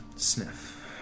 Sniff